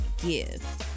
give